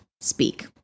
speak